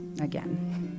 again